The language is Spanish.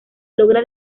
logra